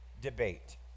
debate